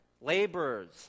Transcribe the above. laborers